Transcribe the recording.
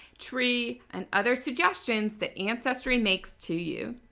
tree, and other suggestions that ancestry makes to you.